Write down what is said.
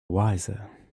wiser